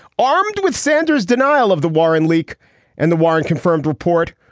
armed with sanders denial of the warren leak and the warren confirmed report,